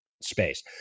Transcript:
space